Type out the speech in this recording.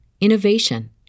innovation